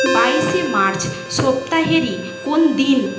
বাইশে মার্চ সপ্তাহেরই কোন দিন